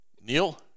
Neil